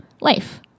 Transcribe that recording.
life